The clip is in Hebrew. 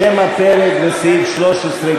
שם הפרק וסעיף 13,